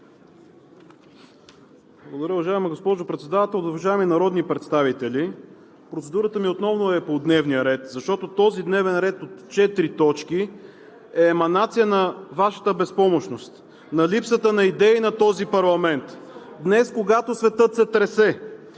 Благодаря. Уважаема госпожо Председател, уважаеми народни представители! Процедурата ми отново е по дневния ред, защото този дневен ред от четири точки е еманация на Вашата безпомощност, на липсата на идеи на този парламент. (Шум и реплики.) Днес, когато светът се тресе,